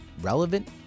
relevant